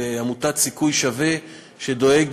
כמובן,